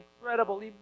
incredible